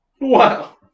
Wow